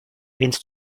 więc